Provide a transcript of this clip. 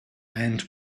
and